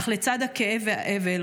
אך לצד הכאב והאבל,